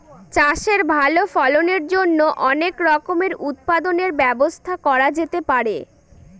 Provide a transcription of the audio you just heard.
চাষের ভালো ফলনের জন্য অনেক রকমের উৎপাদনের ব্যবস্থা করা যেতে পারে